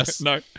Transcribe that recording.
No